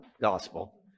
gospel